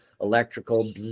electrical